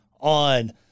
on